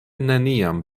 neniam